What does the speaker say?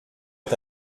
est